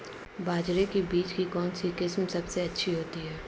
बाजरे के बीज की कौनसी किस्म सबसे अच्छी होती है?